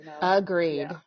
Agreed